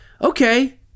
Okay